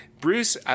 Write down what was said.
Bruce